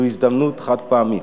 זו הזדמנות חד-פעמית.